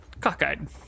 cockeyed